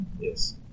Yes